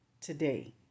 today